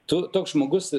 tu toks žmogus